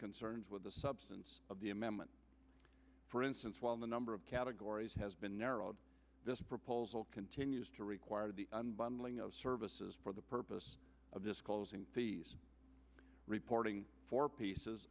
concerns with the substance of the amendment for instance while the number of categories has been narrowed this proposal continues to require the unbundling of services for the purpose of disclosing these reporting for pieces